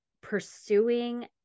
pursuing